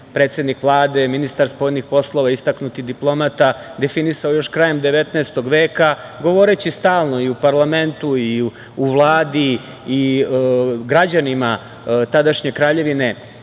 predsednik Vlade, ministar spoljnih poslova, istaknuti diplomata definisao krajem 19. veka, govoreći stalno i u parlamentu i u Vladi i građanima tadašnje Kraljevine